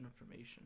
information